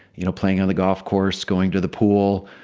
you know, playing on the golf course, going to the pool,